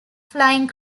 flying